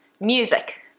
music